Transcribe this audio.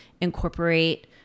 incorporate